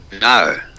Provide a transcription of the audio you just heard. No